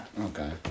Okay